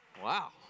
Wow